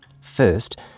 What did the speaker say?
First